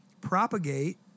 propagate